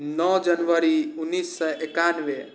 नौ जनवरी उनैस सओ एकानवे